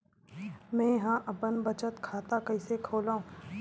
मेंहा अपन बचत खाता कइसे खोलव?